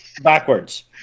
backwards